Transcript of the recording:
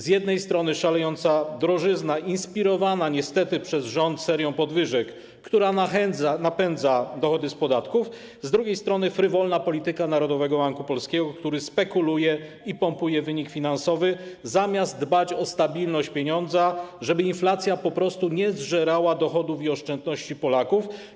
Z jednej strony szalejąca drożyzna inspirowana niestety przez rząd serią podwyżek, która napędza dochody z podatków, z drugiej strony frywolna polityka Narodowego Banku Polskiego, który spekuluje i pompuje wynik finansowy, zamiast dbać o stabilność pieniądza, żeby inflacja po prostu nie zżerała dochodów i oszczędności Polaków.